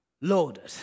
loaded